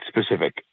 specific